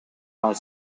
around